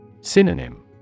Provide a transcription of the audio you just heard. Synonym